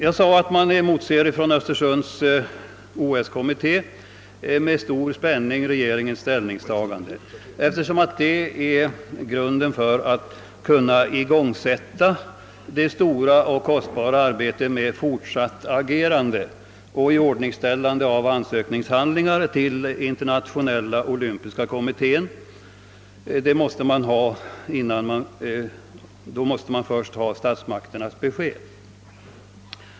Jag sade att man i Östersunds OS kommitté med stor spänning emotser regeringens besked eftersom det är grunden för att kunna igångsätta det stora och kostsamma arbetet med fortsatt agerande och iordningställande av ansökningshandlingarna till Internationella olympiska kommittén. Då måste man nämligen först ha statsmakternas besked.